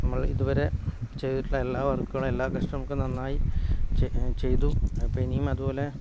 നമ്മൾ ഇതുവരെ ചെയ്തിട്ടുള്ള എല്ലാ വർക്കുകളും എല്ലാ കസ്റ്റമർക്കും നന്നായി ചെയ്തു അപ്പം ഇനിയും അതുപോലെ